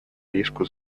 риску